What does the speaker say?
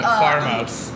farmhouse